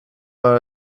out